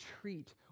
treat